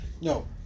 No